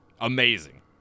amazing